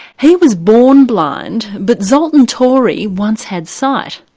he was born blind, but zoltan torey once had sight,